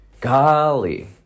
Golly